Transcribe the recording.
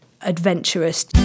adventurous